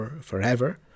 forever